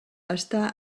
està